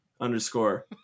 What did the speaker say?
underscore